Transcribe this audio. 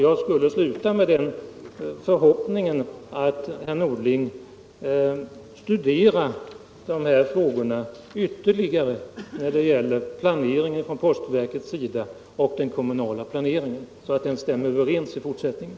Jag skulle vilja sluta med att uttala förhoppningen att herr Norling studerar dessa frågor ytterligare, så att postverkets planering och den kommunala planeringen kan stämma överens i fortsättningen.